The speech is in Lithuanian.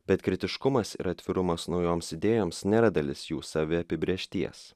bet kritiškumas ir atvirumas naujoms idėjoms nėra dalis jų saviapibrėžties